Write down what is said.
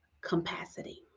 capacity